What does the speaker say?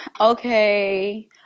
Okay